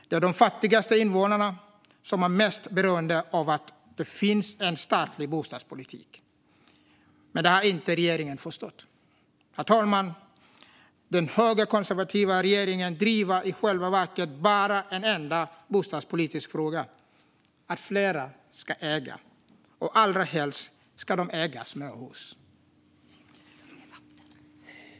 Det är de fattigaste invånarna som är mest beroende av att det finns en statlig bostadspolitik, men det har regeringen inte förstått. Herr talman! Den högerkonservativa regeringen driver i själva verket en enda bostadspolitisk fråga: att fler ska äga - och allra helst ska de äga småhus.